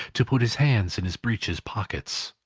to put his hands in his breeches pockets.